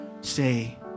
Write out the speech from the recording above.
say